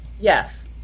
Yes